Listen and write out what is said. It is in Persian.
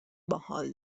باحال